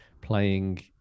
playing